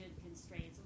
constraints